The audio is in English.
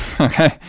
Okay